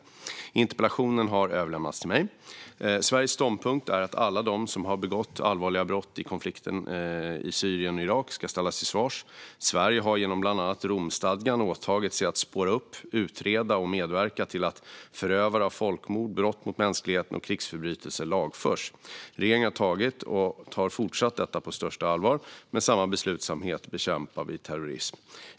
Interpellationen har överlämnats till mig. Sveriges ståndpunkt är att alla de som har begått allvarliga brott i konflikterna i Syrien och Irak ska ställas till svars. Sverige har genom bland annat Romstadgan åtagit sig att spåra upp, utreda och medverka till att förövare av folkmord, brott mot mänskligheten och krigsförbrytelser lagförs. Regeringen har tagit och tar fortsatt detta på största allvar. Med samma beslutsamhet bekämpar vi terrorism.